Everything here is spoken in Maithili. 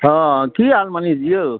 हँ की हाल मनीषजी यौ